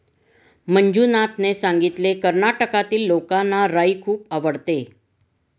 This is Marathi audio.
मंजुनाथने सांगितले, कर्नाटकातील लोकांना राई खूप आवडते